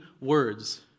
words